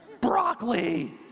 broccoli